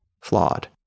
flawed